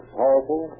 powerful